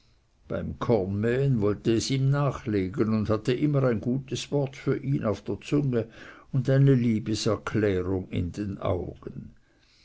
beim kornmähen wollte es ihm nachlegen und hatte immer ein gutes wort für ihn auf der zunge und eine liebeserklärung in den augen